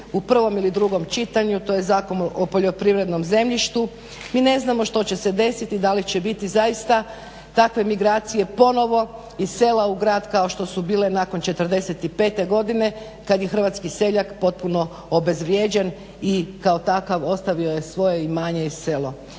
u prvom ili drugom čitanju. To je Zakon o poljoprivrednom zemljištu. Mi ne znamo što će se desiti da li će biti zaista takve migracije ponovo iz sela u grad kao što su bile nakon '45. godine kad je hrvatski seljak potpuno obezvrijeđen i kao takav ostavio je svoje imanje i selo.